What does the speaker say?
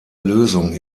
lösung